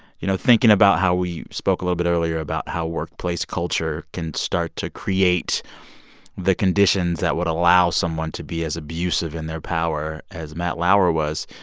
you know, thinking about how we spoke a little bit earlier about how workplace culture can start to create the conditions that would allow someone to be as abusive in their power as matt lauer was,